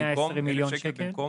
1,000 שקלים במקום?